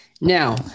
Now